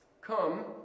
Come